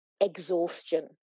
exhaustion